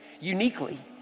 uniquely